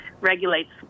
regulates